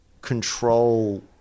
control